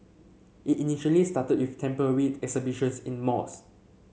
it initially started with temporary exhibitions in malls